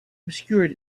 obscured